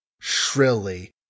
shrilly